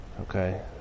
okay